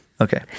Okay